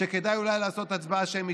שכדאי אולי לעשות הצבעה שמית,